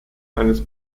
eines